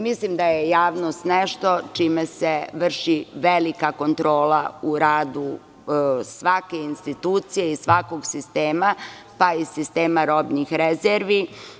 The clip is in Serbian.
Mislim da je javnost nešto čime se vrši velika kontrola u radu svake institucije i svakog sistema, pa i sistema robnih rezervi.